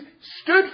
stood